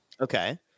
okay